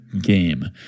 game